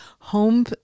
Home